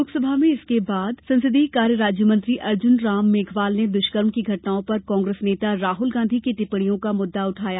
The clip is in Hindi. लोकसभा में इसके बाद संसदीय कार्य राज्यमंत्री अर्जुनराम मेघवाल ने दुष्कर्म की घटनाओं पर कांग्रेस नेता राहुल गांधी की टिप्पणियों का मुद्दा उठाया